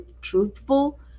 truthful